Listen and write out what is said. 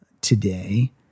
today